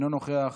אינו נוכח.